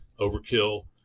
overkill